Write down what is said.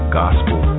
gospel